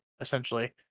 essentially